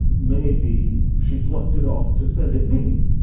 may be she pluck'd it of to send it me.